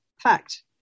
fact